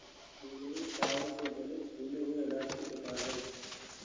मुरमुरे चावल से बने फूले हुए अनाज के प्रकार है